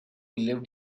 lived